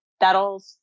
that'll